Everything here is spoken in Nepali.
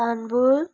इस्तानबुल